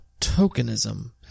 tokenism